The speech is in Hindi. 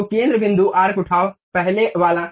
तो केंद्र बिंदु आर्क उठाओ पहले वाला